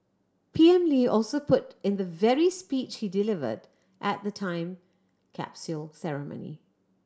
P M Lee also put in the very speech he delivered at the time capsule ceremony